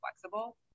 flexible